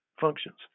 functions